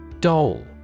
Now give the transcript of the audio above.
Dole